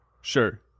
Sure